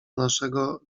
naszego